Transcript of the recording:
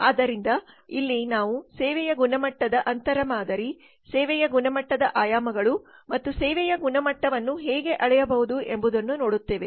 ಆದ್ದರಿಂದ ಇಲ್ಲಿ ನಾವು ಸೇವೆಯ ಗುಣಮಟ್ಟದ ಅಂತರ ಮಾದರಿ ಸೇವೆಯ ಗುಣಮಟ್ಟದ ಆಯಾಮಗಳು ಮತ್ತು ಸೇವೆಯ ಗುಣಮಟ್ಟವನ್ನು ಹೇಗೆ ಅಳೆಯಬಹುದು ಎಂಬುದನ್ನು ನೋಡುತ್ತೇವೆ